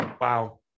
wow